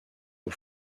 aux